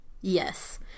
Yes